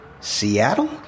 Seattle